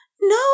No